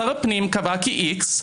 שר הפנים קבע כי X,